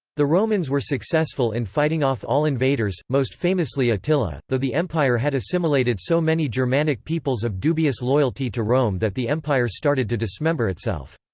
the romans were successful in fighting off all invaders, most famously attila, though the empire had assimilated so many germanic peoples of dubious loyalty to rome that the empire started to dismember itself.